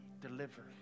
Deliver